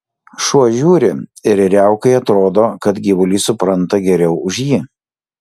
šuo žiūri ir riaukai atrodo kad gyvulys supranta geriau už jį